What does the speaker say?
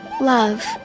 Love